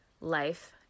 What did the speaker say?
life